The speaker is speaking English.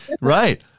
Right